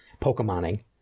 Pokemoning